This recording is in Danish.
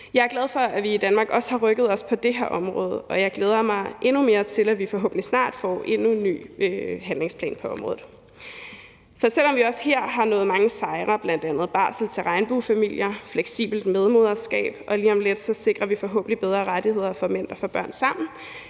Jeg er glad for, at vi i Danmark også har rykket os på det her område, og jeg glæder mig endnu mere til, at vi forhåbentlig snart får endnu en ny handlingsplan på området. For selv om vi også her har nået mange sejre, bl.a. barsel til regnbuefamilier, fleksibelt medmoderskab, og vi lige om lidt forhåbentlig sikrer bedre rettigheder for mænd, der får børn sammen,